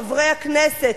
חברי הכנסת,